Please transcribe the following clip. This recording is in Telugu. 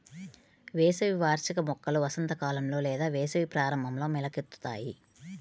వేసవి వార్షిక మొక్కలు వసంతకాలంలో లేదా వేసవి ప్రారంభంలో మొలకెత్తుతాయి